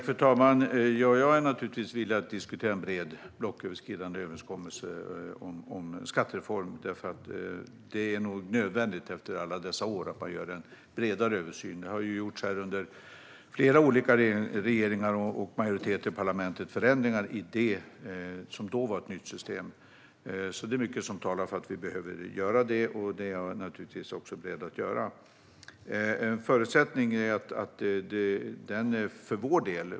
Fru talman! Jag är naturligtvis villig att diskutera en bred blocköverskridande överenskommelse om en skattereform. Det är nog nödvändigt att man gör en bredare översyn efter alla dessa år. Det har ju under flera olika regeringar och majoriteter i parlamentet gjorts förändringar i det som då var ett nytt system. Mycket talar för att vi behöver göra det här, och det är jag naturligtvis beredd till.